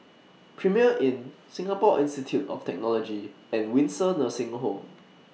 Premier Inn Singapore Institute of Technology and Windsor Nursing Home